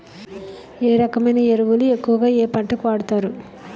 ఏ రకమైన ఎరువులు ఎక్కువుగా ఏ పంటలకు వాడతారు?